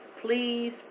please